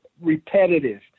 repetitive